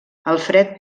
alfred